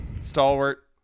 Stalwart